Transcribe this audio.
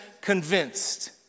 convinced